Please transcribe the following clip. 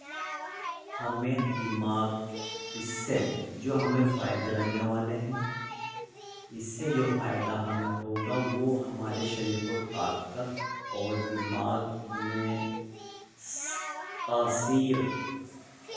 ہمیں دماغ اس سے جو ہمیں فائدے لگنے والے ہیں اس سے جو فائدہ ہمیں ہوگا وہ ہمارے شریر کو طاقت اور دماغ میں تاثیر